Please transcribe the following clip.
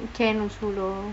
can also lor